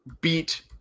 beat